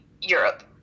europe